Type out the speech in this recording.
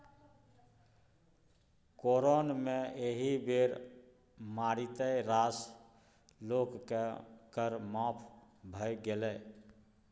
corona मे एहि बेर मारिते रास लोककेँ कर माफ भए गेलै